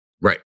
Right